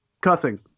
cussing